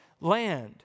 land